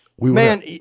man